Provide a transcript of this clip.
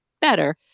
better